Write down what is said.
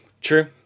True